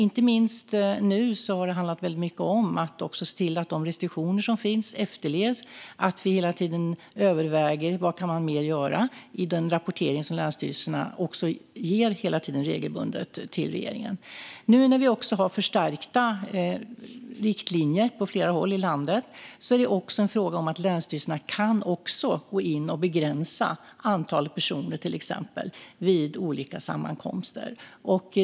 Inte minst nu har det handlat mycket om att se till att de restriktioner som finns efterlevs och att vi hela tiden överväger vad mer man kan göra i den rapportering som länsstyrelserna regelbundet gör till regeringen. Nu när vi har förstärkta riktlinjer på flera håll i landet är det också en fråga om att länsstyrelserna kan gå in och begränsa till exempel antalet personer vid olika sammankomster.